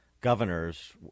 governors